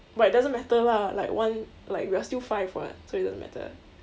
but it doesn't matter lah like one like we're still five [what] so it doesn't matter